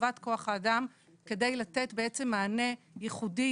והרחבת כוח האדם כדי לתת בעצם מענה ייחודי,